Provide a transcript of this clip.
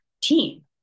team